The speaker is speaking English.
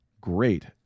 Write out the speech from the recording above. great